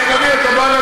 לפניך.